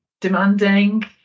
demanding